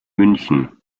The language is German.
münchen